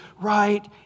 right